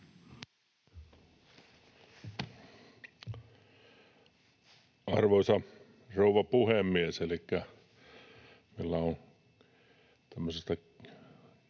Arvoisa rouva puhemies!